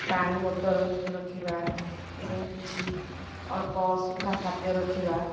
ପାଣି ବୋଟଲ୍ ରଖିବା ଏବଂ କିଛି ଅଳ୍ପ ସୁଖା ଖାଦ୍ୟ ରଖିବା